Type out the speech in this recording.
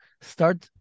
start